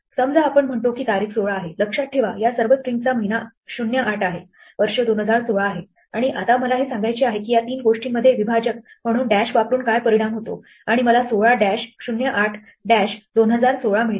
समजा आपण म्हणतो की तारीख 16 आहे लक्षात ठेवा या सर्व स्ट्रिंगचा महिना 08 आहे वर्ष 2016 आहे आणि आता मला हे सांगायचे आहे की या तीन गोष्टींमध्ये विभाजक म्हणून डॅश वापरून काय परिणाम होतो आणि मला 16 डॅश 08 डॅश 2016 मिळते